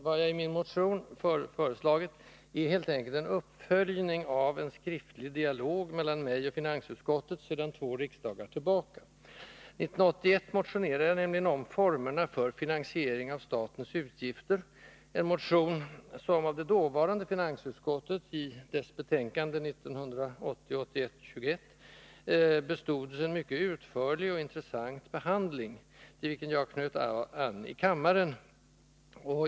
Vad jag i min motion föreslagit är helt enkelt en uppföljning av en skriftlig dialog mellan mig och finansutskottet sedan två år tillbaka. 1981 motionerade jag nämligen om formerna för finansiering av statens utgifter, en motion som av det dåvarande finansutskottet i dess betänkande 1980/81:21 bestods en mycket utförlig och intressant behandling, till vilken jag knöt an i kammaren.